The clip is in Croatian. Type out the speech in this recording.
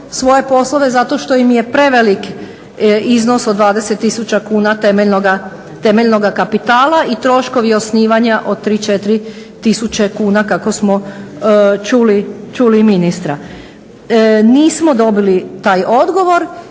svoje poslove zato što im je prevelik iznos od 20 tisuća kuna temeljnog kapitala i troškovi osnivanja od 3-4 tisuće kuna kako smo čuli ministra. Nismo dobili taj odgovor